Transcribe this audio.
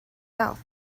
mouth